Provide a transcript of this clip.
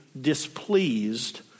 displeased